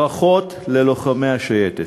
ברכות ללוחמי השייטת.